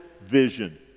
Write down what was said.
vision